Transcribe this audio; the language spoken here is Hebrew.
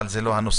אבל זה לא הנושא.